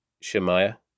Shemaiah